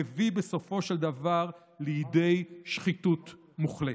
מביא בסופו של דבר לידי שחיתות מוחלטת.